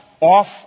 off